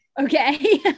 Okay